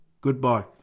Goodbye